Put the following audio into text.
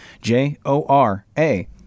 J-O-R-A